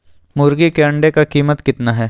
मुर्गी के अंडे का कीमत कितना है?